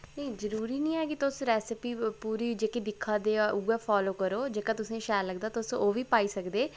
नेईं जरूरी नेईं ऐ कि तुस रैसिपी पूरी जेह्की दिक्खै देओ उ'ऐ फालो करो जेह्का तुसें ई शैल लगदा तुस ओह् बी पाई सकदे